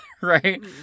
Right